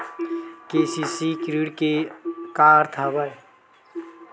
KCC ऋण के का अर्थ हवय?